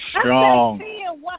Strong